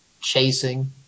chasing